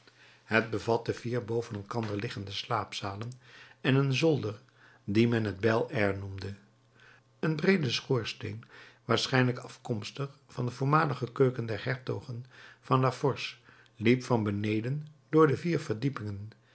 het bevatte vier boven elkander liggende slaapzalen en een zolder dien men het bel air noemde een breede schoorsteen waarschijnlijk afkomstig van de voormalige keuken der hertogen van la force liep van beneden door de vier verdiepingen